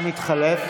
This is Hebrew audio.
אה, אתה מתחלף?